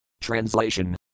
Translation